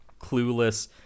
clueless